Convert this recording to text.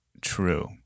true